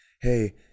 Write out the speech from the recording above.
Hey